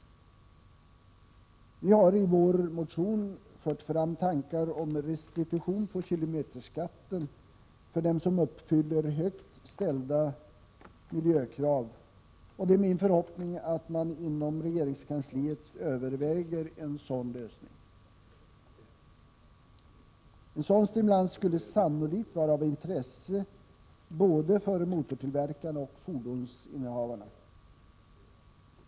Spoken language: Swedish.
Vi har i vår motion fört fram tankar om restitution på kilometerskatten för dem som uppfyller högt ställda miljökrav. Det är min förhoppning att man inom regeringskansliet överväger en sådan lösning. En sådan stimulans skulle sannolikt vara av intresse både för motortillverkarna och för fordonsinnehavarna.